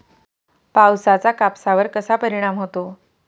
पावसाचा कापसावर कसा परिणाम होतो?